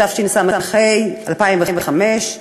התשס"ה 2005,